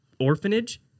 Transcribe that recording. orphanage